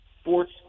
sports